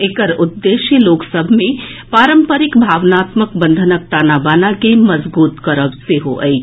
एकर उद्देश्य देशक लोक सभ मे पारंपरिक भावनात्मक बंधनक ताना बाना के मजगूत करब सेहो अछि